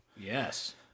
yes